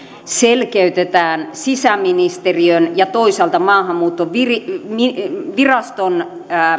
selkeytetään sisäministeriön ja toisaalta maahanmuuttoviraston